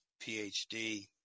PhD